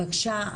בבקשה.